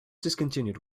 discontinued